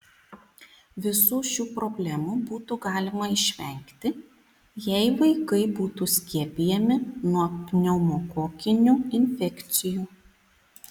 visų šių problemų būtų galima išvengti jei vaikai būtų skiepijami nuo pneumokokinių infekcijų